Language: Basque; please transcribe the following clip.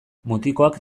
mutikoak